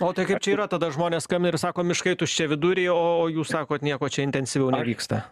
o tai kaip čia yra tada žmonės skambina ir sako miškai tuščiaviduriai o jūs sakot nieko čia intensyviau nevyksta